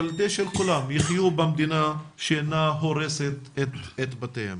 הילדים של כולם יחיו במדינה שאינה הורסת את בתיהם.